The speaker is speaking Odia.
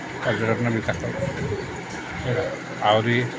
ପର୍ଯ୍ୟଟନ ବିକାଶ ହେଉଛି ଆହୁରି